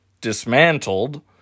dismantled